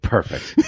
Perfect